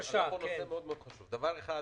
דבר אחד,